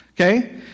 okay